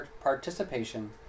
participation